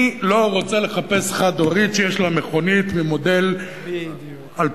אני לא רוצה לחפש חד-הורית שיש לה מכונית מודל 2011,